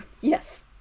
Yes